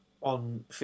on